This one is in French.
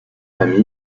ami